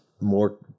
more